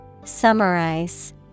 Summarize